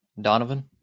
Donovan